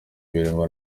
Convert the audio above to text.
birimo